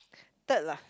third lah